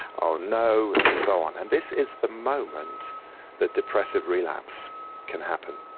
oh no. and so on. and this is the moment that depressive relapse can happen.